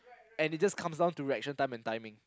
and it just comes down to reaction time and timing